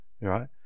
right